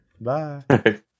Bye